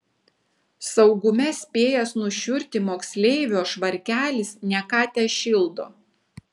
saugume spėjęs nušiurti moksleivio švarkelis ne ką tešildo